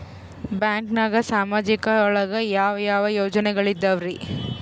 ಬ್ಯಾಂಕ್ನಾಗ ಸಾಮಾಜಿಕ ಒಳಗ ಯಾವ ಯಾವ ಯೋಜನೆಗಳಿದ್ದಾವ್ರಿ?